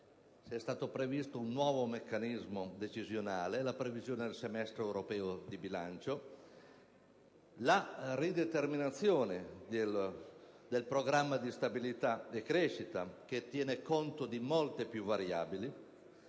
sono stati previsti un nuovo meccanismo decisionale, l'introduzione del semestre europeo di bilancio, la rideterminazione del programma di stabilità e di crescita, che tiene conto di molte più variabili